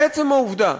עצם העובדה